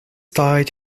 died